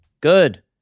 Good